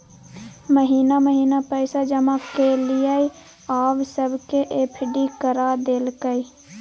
महिना महिना पैसा जमा केलियै आब सबके एफ.डी करा देलकै